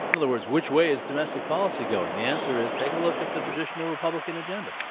in other words, which way is domestic policy going? the answer is take a look at the traditional republican agenda.